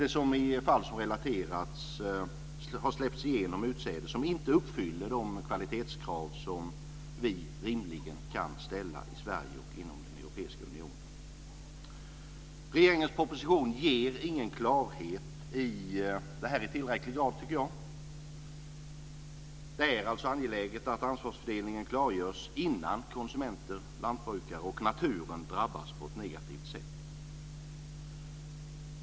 Det har släppts igenom utsäde som inte uppfyller de kvalitetskrav som vi rimligen kan ställa i Sverige och Europeiska unionen. Regeringens proposition ger inte i tillräcklig grad klarhet. Det är angeläget att ansvarsfördelningen klargörs innan konsumenter, lantbrukare och naturen drabbas på ett negativt sätt.